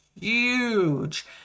huge